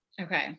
Okay